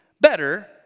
better